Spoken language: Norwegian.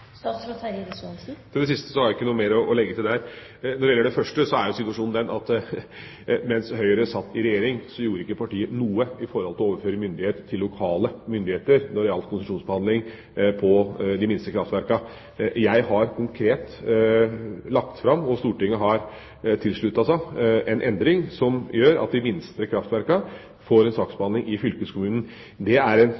Til det siste har jeg ikke noe mer å legge til. Når det gjelder det første, er situasjonen den at mens Høyre satt i regjering, gjorde ikke partiet noe for å overføre myndighet til lokale myndigheter når det gjaldt konsesjonsbehandling for de minste kraftverkene. Jeg har konkret lagt fram, og Stortinget har sluttet seg til, en endring som gjør at de minste kraftverkene får en